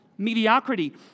mediocrity